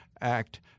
act